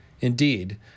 Indeed